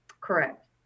Correct